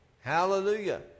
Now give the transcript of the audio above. Hallelujah